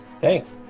Thanks